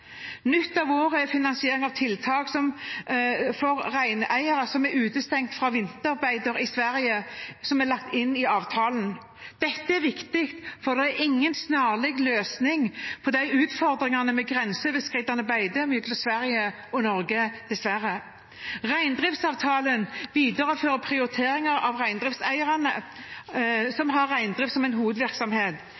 Nytt av året er at finansiering av tiltak for reineiere som er utestengt fra vinterbeiter i Sverige, er lagt inn i avtalen. Dette er viktig, for det er ingen snarlig løsning på utfordringene med grenseoverskridende beite mellom Sverige og Norge, dessverre. Reindriftsavtalen viderefører prioriteringen av reineiere som